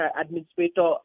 administrator